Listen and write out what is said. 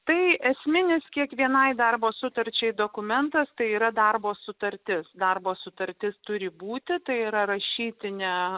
tai esminis kiekvienai darbo sutarčiai dokumentas tai yra darbo sutartis darbo sutartis turi būti tai yra rašytinė